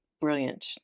brilliant